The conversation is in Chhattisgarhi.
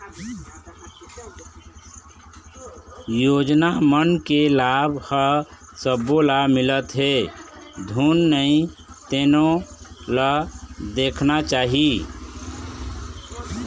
योजना मन के लाभ ह सब्बो ल मिलत हे धुन नइ तेनो ल देखना चाही